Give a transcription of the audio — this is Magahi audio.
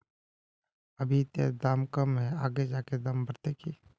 अभी ते दाम कम है आगे जाके दाम बढ़ते की?